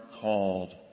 called